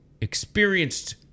experienced